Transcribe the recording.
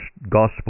gospel